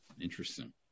Interesting